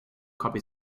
copy